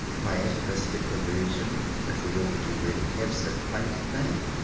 my atavistic reversion, if we all do really have so quaint a thing,